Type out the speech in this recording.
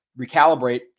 recalibrate